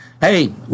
hey